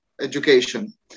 education